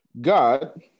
God